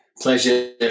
pleasure